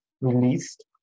released